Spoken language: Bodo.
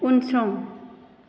उनसं